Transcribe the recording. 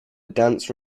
dance